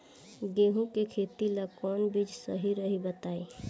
गेहूं के खेती ला कोवन बीज सही रही बताई?